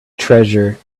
treasure